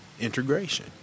integration